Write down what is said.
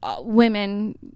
women